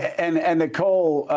and and nikole,